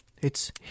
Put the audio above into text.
It's